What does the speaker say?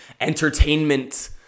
entertainment